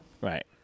right